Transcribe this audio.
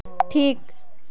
ᱴᱷᱤᱠ